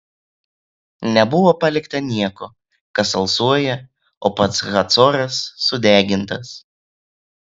nebuvo palikta nieko kas alsuoja o pats hacoras sudegintas